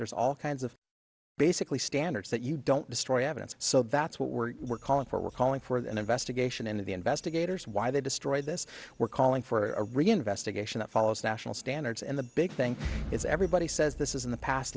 there's all kinds of basically standards that you don't destroy evidence so that's what we're we're calling for we're calling for an investigation into the investigators why they destroyed this we're calling for a re investigation that follows national standards and the big thing is everybody says this is in the past